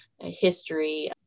history